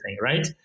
right